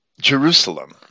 Jerusalem